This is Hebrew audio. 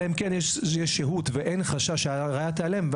אלא אם כן יש שהות ואין חשש שהראיה תיעלם,